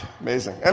amazing